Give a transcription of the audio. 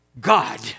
God